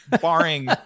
barring